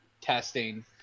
testing